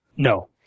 No